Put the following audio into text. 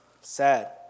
sad